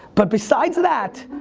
but besides that